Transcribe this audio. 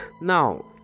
Now